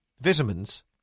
vitamins